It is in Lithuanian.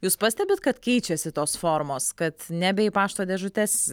jūs pastebit kad keičiasi tos formos kad nebe į pašto dėžutes